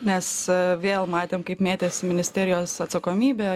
nes vėl matėm kaip mėtėsi ministerijos atsakomybė